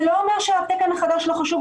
זה לא אומר שהתקן החדש לא חשוב,